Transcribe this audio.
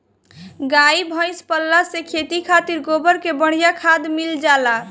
गाई भइस पलला से खेती खातिर गोबर के बढ़िया खाद मिल जाला